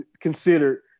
considered